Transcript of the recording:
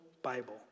Bible